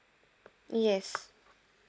yes